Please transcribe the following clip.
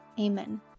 Amen